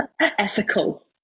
ethical